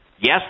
Yes